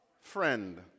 friend